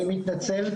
אני מתנצלת,